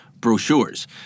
brochures